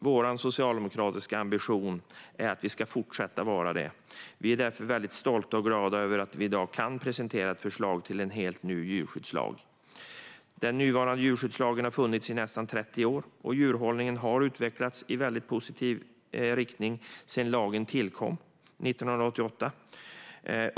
Vår socialdemokratiska ambition är att vi ska fortsätta att vara det, och vi är därför väldigt stolta och glada över att vi i dag kan presentera ett förslag till en helt ny djurskyddslag. Den nuvarande djurskyddslagen har funnits i nästan 30 år, och djurhållningen har utvecklats i positiv riktning sedan lagen tillkom 1988.